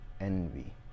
envy